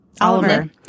Oliver